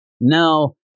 No